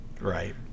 right